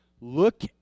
Look